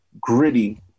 gritty